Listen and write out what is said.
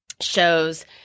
shows